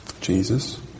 Jesus